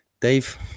Dave